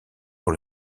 pour